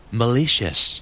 malicious